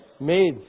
made